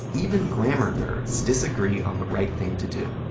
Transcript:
even grammar nerds disagree on the right thing to do.